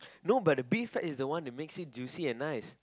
no but the beef fat is the one that makes it juicy and nice